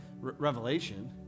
Revelation